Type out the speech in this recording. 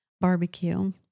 barbecue